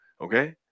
okay